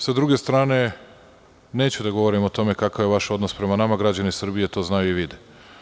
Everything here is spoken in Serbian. Sa druge strane, neću da govorim o tome kakav je vaš odnos prema nama, građani Srbije to znaju i vide.